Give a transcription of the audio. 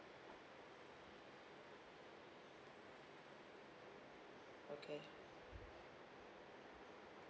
okay